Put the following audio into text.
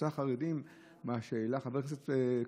נושא החרדים שהעלה חבר הכנסת כסיף,